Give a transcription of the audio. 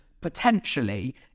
potentially